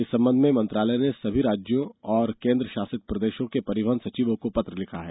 इस संबंध में मंत्रालय ने सभी राज्यों और केन्द्र शासित प्रदेशों के परिवहन सचिवों को पत्र लिखा है